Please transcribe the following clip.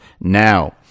now